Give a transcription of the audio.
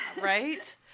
Right